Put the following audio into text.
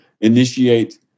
initiate